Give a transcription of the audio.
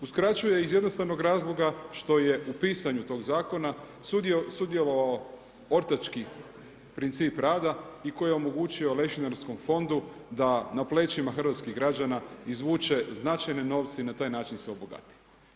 Uskraćuje iz jednostavnog razloga što je u pisanju tog zakona sudjelovao ortački princip rada i koji je omogućio lešinarskom fondu da na plećima hrvatskih građana izvuče značajne novce i na taj način se obogati.